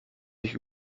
sich